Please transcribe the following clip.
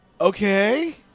Okay